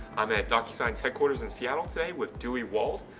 i'm at docusign headquarters in seattle today with dewey wald.